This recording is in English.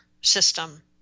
system